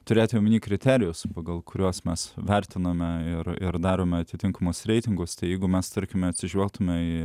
turėti omeny kriterijus pagal kuriuos mes vertiname ir ir darome atitinkamus reitinguose jeigu mes tarkime atsižvelgtumėme į